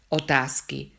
otázky